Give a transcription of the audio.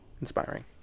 inspiring